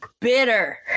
bitter